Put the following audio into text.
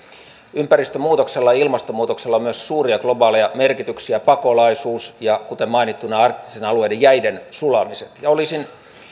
ympäristönmuutoksella ja ilmastonmuutoksella on myös suuria globaaleja merkityksiä pakolaisuus ja kuten mainittua arktisten alueiden jäiden sulamiset ja olisin